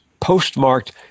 postmarked